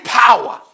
power